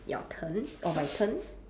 your turn or my turn